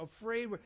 afraid